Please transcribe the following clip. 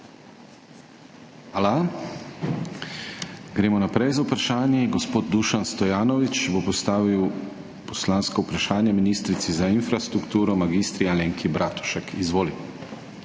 Hvala. Gremo naprej z vprašanji. Gospod Dušan Stojanovič bo postavil poslansko vprašanje ministrici za infrastrukturo mag. Alenki Bratušek. Izvoli.